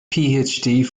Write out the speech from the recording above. phd